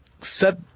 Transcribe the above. set